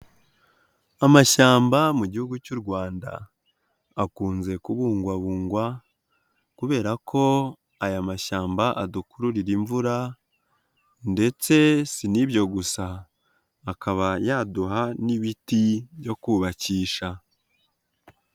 Amashyamba mu Gihugu cy'u Rwanda akunze kubungwabungwa kubera ko aya mashyamba adukururira imvura ndetse si ni byo gusa ndetse akaba yaduha n'ibiti byo kubakisha.